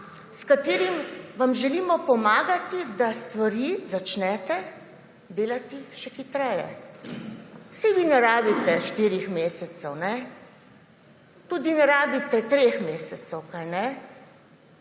s katerim vam želimo pomagati, da stvari začnete delati še hitreje. Saj vi ne rabite štirih mesecev, tudi ne rabite treh mesecev, kajne?